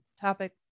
topic